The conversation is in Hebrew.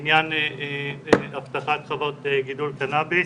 לעניין אבטחת חוות גידול קנאביס